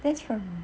that's from